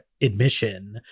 admission